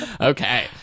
Okay